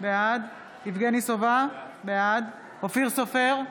בעד יבגני סובה, בעד אופיר סופר,